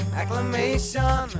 acclamation